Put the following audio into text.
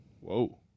whoa